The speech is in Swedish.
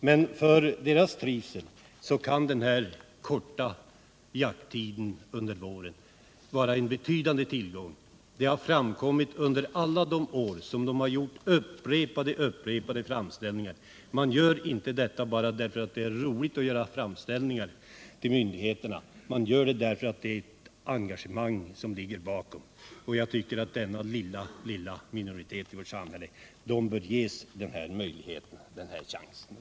Men för deras trivsel kan den korta jakttiden under våren vara en betydande tillgång. Det framgår av att de under så många år har gjort upprepade framställningar. Man gör inte sådana bara för att det är roligt att göra framställningar till myndigheterna — man gör dem för att man har ett starkt engagemang för sakfrågan. Denna lilla minoritet i vårt samhälle bör ges den här möjligheten till vårjakt på sjöfågel. Herr talman!